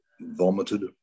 vomited